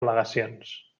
al·legacions